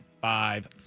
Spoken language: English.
five